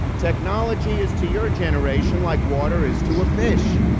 technology is to your generation like water is to a fish.